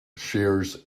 shares